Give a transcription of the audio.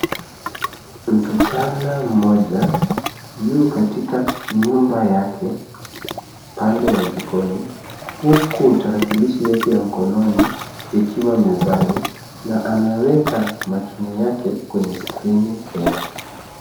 Msichana mmoja yu katika nyumba yake upande wa jikoni, huku tarakilishi yake ya mkononi ikiwa mezani na ameweka makini yake kwenye skrini yake.